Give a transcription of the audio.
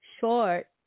Short